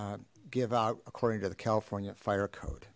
give out according to the california fire code